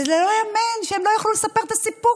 וזה לא ייאמן שהן לא יכלו לספר את הסיפור